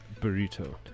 burrito